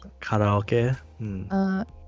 Karaoke